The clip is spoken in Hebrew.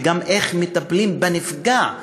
ואיך מטפלים בנפגע,